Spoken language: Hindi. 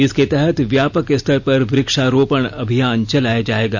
इसके तहत व्यापक स्तर पर वृक्षारोपण अभियान चलाया जाएगा